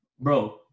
Bro